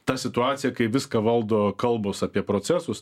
ta situacija kai viską valdo kalbos apie procesus